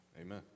Amen